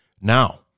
now